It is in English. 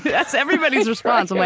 that's everybody's response. like